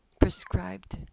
prescribed